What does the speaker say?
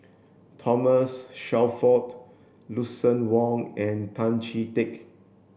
Thomas Shelford Lucien Wang and Tan Chee Teck